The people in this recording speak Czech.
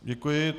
Děkuji.